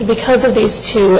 because of these two